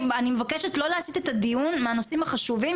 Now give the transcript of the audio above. אני מבקשת לא להסית את הדיון מהנושאים החשובים.